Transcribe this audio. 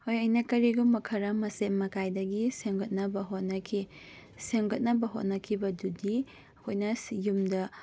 ꯍꯣꯏ ꯑꯩꯅ ꯀꯔꯤꯒꯨꯝꯕ ꯈꯔ ꯃꯆꯦꯠ ꯃꯀꯥꯏꯗꯒꯤ ꯁꯦꯝꯒꯠꯅꯕ ꯍꯣꯠꯅꯈꯤ ꯁꯦꯝꯒꯠꯅꯕ ꯍꯣꯠꯅꯈꯤꯕ ꯑꯗꯨꯗꯤ ꯑꯈꯣꯏꯅ ꯌꯨꯝꯗ